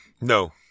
No